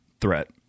threat